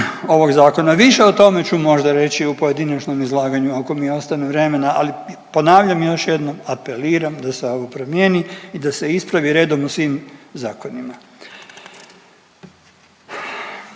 ovog zakona. Više o tome ću možda reći u pojedinačnom izlaganju ako mi ostane vremena, ali ponavljam još jednom, apeliram da se ovo promijeni i da se ispravi redom u svim zakonima.